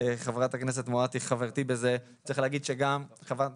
חברת הכנסת מואטי חברתי בזה, צריך להגיד שגם חברת